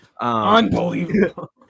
unbelievable